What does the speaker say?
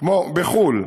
כמו בחו"ל.